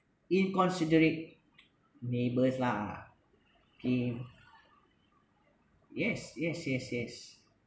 inconsiderate neighbours lah okay yes yes yes yes